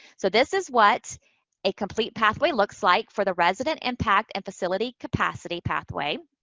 so, this is what a complete pathway looks like for the resident impact and facility capacity pathway.